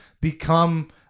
become